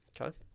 Okay